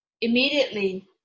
Immediately